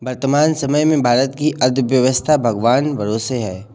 वर्तमान समय में भारत की अर्थव्यस्था भगवान भरोसे है